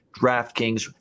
DraftKings